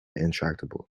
intractable